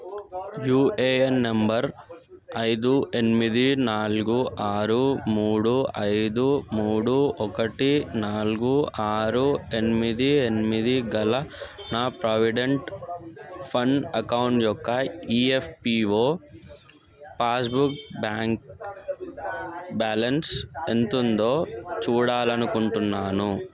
UAN number ఐదు ఎనిమిది నాలుగు ఆరు మూడు ఐదు మూడు ఒకటి నాలుగు ఆరు ఎనిమిది ఎనిమిది గల నా ప్రావిడెంట్ ఫండ్ అకౌంట్ యొక్క ఈఎఫ్పిఓ పాస్బుక్ బ్యాంక్ బ్యాలెన్స్ ఎంతుందో చూడాలనుకుంటున్నాను